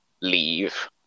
leave